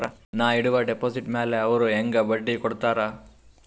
ನಾ ಇಡುವ ಡೆಪಾಜಿಟ್ ಮ್ಯಾಲ ಅವ್ರು ಹೆಂಗ ಬಡ್ಡಿ ಕೊಡುತ್ತಾರ?